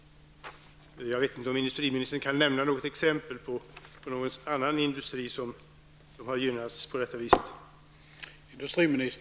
Jag vet inte om industriministern kan nämna något exempel på någon annan industri som har gynnats på samma sätt.